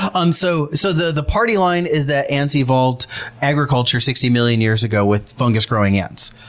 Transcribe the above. um so so the the party line is that ants evolved agriculture sixty million years ago with fungus-growing ants.